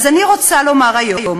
אני רוצה לומר היום